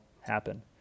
happen